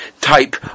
type